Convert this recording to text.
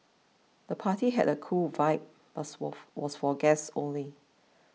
the party had a cool vibe buts wolf was for guests only